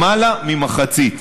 למעלה ממחצית.